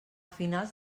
finals